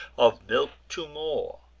of milk two more,